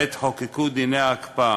עת חוקקו דיני ההקפאה,